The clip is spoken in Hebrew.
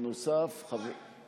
חבר הכנסת אייכלר,